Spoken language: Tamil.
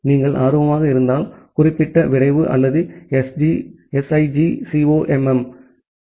நீங்கள் ஆர்வமாக இருந்தால் குறிப்பிட்ட வரைவு அல்லது SIGCOMM Refer Time 2953 2017 தாளைப் பார்க்கலாம்